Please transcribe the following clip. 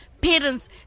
Parents